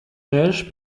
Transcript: neige